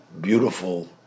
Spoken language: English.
beautiful